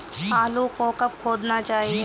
आलू को कब खोदना चाहिए?